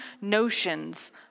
notions